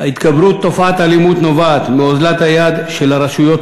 התגברות תופעת האלימות נובעת מאוזלת היד של הרשויות,